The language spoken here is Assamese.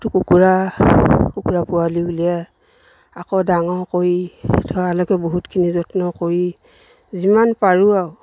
কুকুৰা কুকুৰা পোৱালি উলিয়াই আকৌ ডাঙৰ কৰি থোৱালৈকে বহুতখিনি যত্ন কৰি যিমান পাৰোঁ আৰু